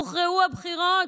הוכרעו הבחירות,